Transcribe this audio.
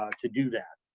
to do that.